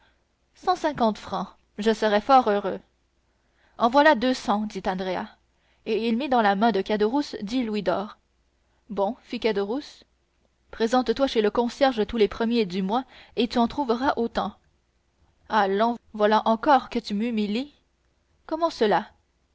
cent cinquante francs je serais fort heureux en voilà deux cents dit andrea et il mit dans la main de caderousse dix louis d'or bon fit caderousse présente toi chez le concierge tous les premiers du mois et tu en trouveras autant allons voilà encore que tu m'humilies comment cela